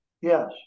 Yes